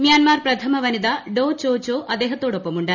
Myanmar പ്രഥമ വനിത Dr ചൊ ചൊ അദ്ദേഹത്തോടൊപ്പമുണ്ട്